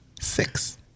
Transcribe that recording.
six